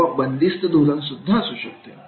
किंवा बंदिस्त धोरण असू शकते